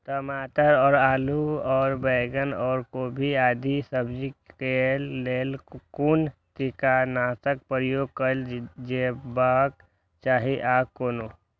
टमाटर और आलू और बैंगन और गोभी आदि सब्जी केय लेल कुन कीटनाशक प्रयोग कैल जेबाक चाहि आ कोना?